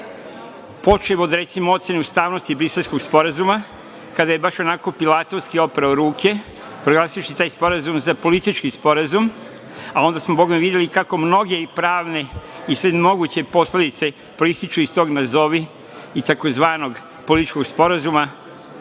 Počev, recimo, od ocene ustavnosti Briselskog sporazuma, kada je baš onako pilatorski oprao ruke, proglasivši taj sporazum za politički sporazum, a onda smo Boga mi, videli kako mnoge pravne i sve moguće posledice proističu iz tog nazovi, i tzv. političkog sporazuma,